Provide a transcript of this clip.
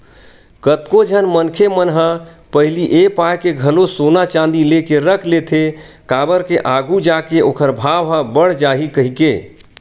कतको झन मनखे मन ह पहिली ए पाय के घलो सोना चांदी लेके रख लेथे काबर के आघू जाके ओखर भाव ह बड़ जाही कहिके